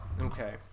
Okay